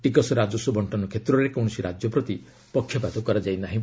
ଟିକସ ରାଜସ୍ୱ ବି୍ଷନ କ୍ଷେତ୍ରରେ କୌଣସି ରାଜ୍ୟ ପ୍ରତି ପକ୍ଷପାତ କରାଯାଇ ନାହିଁ